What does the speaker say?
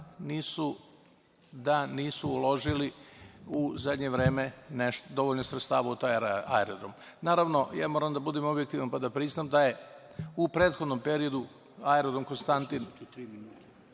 da nisu uložili u zadnje vreme dovoljno sredstava u taj aerodrom. Naravno, moram da budem objektivan pa da priznam da je u prethodnom periodu Aerodrom „Nikola